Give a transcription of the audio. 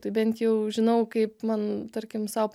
tai bent jau žinau kaip man tarkim sau